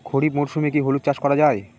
খরিফ মরশুমে কি হলুদ চাস করা য়ায়?